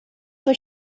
what